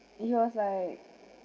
he was like